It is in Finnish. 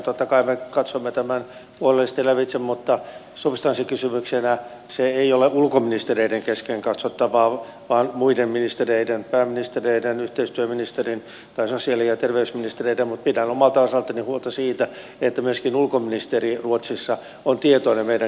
totta kai me katsomme tämän huolellisesti lävitse mutta substanssikysymyksenä se ei ole ulkoministereiden kesken katsottava vaan muiden ministereiden pääministereiden yhteistyöministerin tai sosiaali ja terveysministereiden mutta pidän omalta osaltani huolta siitä että myöskin ulkoministeri ruotsissa on tietoinen meidän kiinnostuksestamme